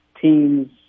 teams